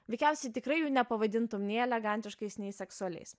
veikiausiai tikrai jų nepavadintum nei elegantiškais nei seksualiais